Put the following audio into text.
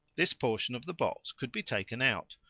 this portion of the box could be taken out,